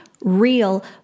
real